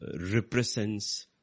represents